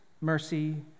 mercy